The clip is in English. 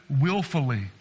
willfully